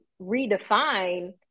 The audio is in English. redefine